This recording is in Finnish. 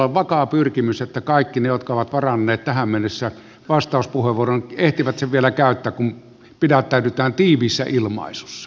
minulla on vakaa pyrkimys että kaikki ne jotka ovat varanneet tähän mennessä vastauspuheenvuoron ehtivät sen vielä käyttää kun pidättäydytään tiiviissä ilmaisussa